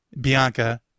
Bianca